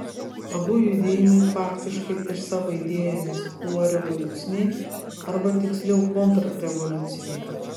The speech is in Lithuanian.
abu judėjimai faktiškai ir savo idėjomis buvo revoliuciniai arba tiksliau kontrrevoliuciniai